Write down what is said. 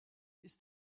ist